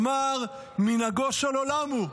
אמר: מנהגו של עולם הוא.